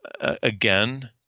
again